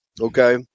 Okay